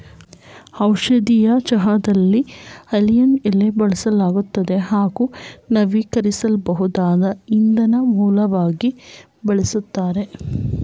ಔಷಧೀಯ ಚಹಾದಲ್ಲಿ ಆಲಿವ್ ಎಲೆ ಬಳಸಲಾಗ್ತದೆ ಹಾಗೂ ನವೀಕರಿಸ್ಬೋದಾದ ಇಂಧನ ಮೂಲವಾಗಿ ಬಳಸ್ತಾರೆ